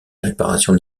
réparations